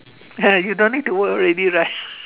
you don't need to work already right